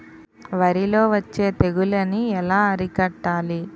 వరిలో వచ్చే తెగులని ఏలా అరికట్టాలి?